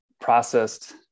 processed